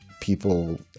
people